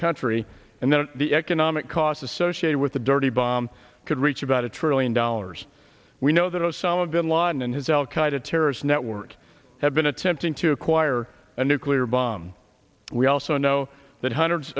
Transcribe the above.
country and then the economic cost associated with a dirty bomb could reach about a trillion dollars we know that osama bin laden and his al qaeda terrorist network have been attempting to acquire a nuclear bomb we also know that hundreds